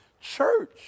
Church